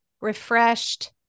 refreshed